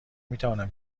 میتوانم